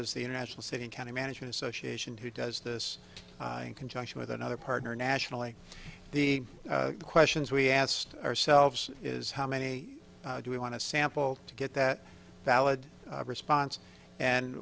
as the international city county management association who does this in conjunction with another partner nationally the questions we asked ourselves is how many do we want to sample to get that valid response and